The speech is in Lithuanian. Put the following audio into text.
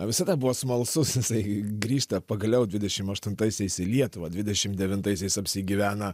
visada buvo smalsus jisai grįžta pagaliau dvidešim aštuntaisiais į lietuvą dvidešim devintaisiais apsigyvena